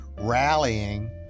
rallying